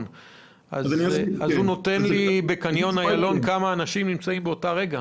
אז הוא אומר לי כמה אנשים נמצאים באותו רגע